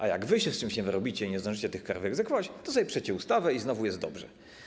A jak wy się z czymś nie wyrobicie i nie zdążycie tych kar wyegzekwować, to sobie piszecie ustawę i znowu jest dobrze.